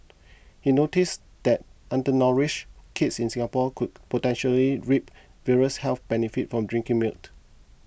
he noticed that undernourished kids in Singapore could potentially reap various health benefits from drinking milk